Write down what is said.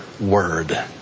word